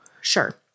Sure